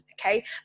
okay